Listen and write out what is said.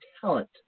talent